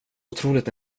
otroligt